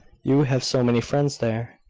you have so many friends there,